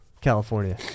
California